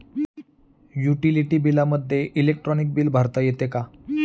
Utility बिलामध्ये electronic bill भरता येते का?